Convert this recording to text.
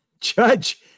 judge